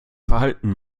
verhalten